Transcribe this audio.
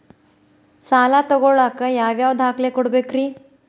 ಸಾಲ ತೊಗೋಳಾಕ್ ಯಾವ ಯಾವ ದಾಖಲೆ ಕೊಡಬೇಕ್ರಿ?